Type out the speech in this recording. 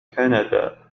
كندا